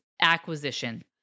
acquisition